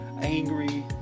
angry